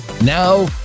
Now